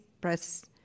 press